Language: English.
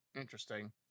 Interesting